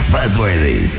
Buzzworthy